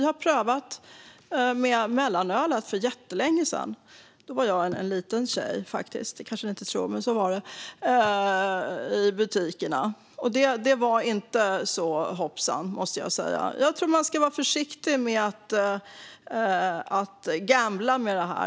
Vi har prövat att ha mellanöl i butikerna för jättelänge sedan, när jag var en liten tjej - det kanske ni inte tror, men så var det faktiskt - och det var inte så hoppsan, måste jag säga. Jag tror att man ska vara försiktig med att gambla med det här.